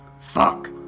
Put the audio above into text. Fuck